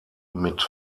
mit